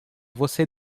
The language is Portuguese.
você